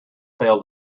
fail